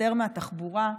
יותר מהתחבורה.